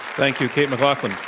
thank you, kate mclaughlin.